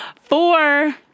Four